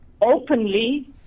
openly